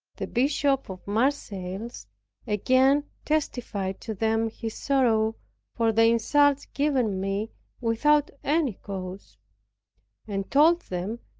the bishop of marseilles again testified to them his sorrow for the insults given me without any cause and told them,